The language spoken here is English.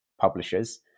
publishers